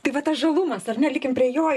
tai va tas žalumas ar ne likim prie jo